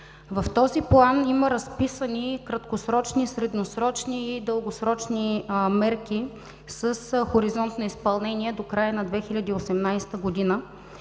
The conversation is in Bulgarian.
В този План има разписани краткосрочни, средносрочни и дългосрочни мерки с хоризонт на изпълнение до края на 2018 г.